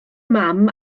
mam